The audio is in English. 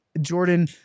Jordan